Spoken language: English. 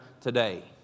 today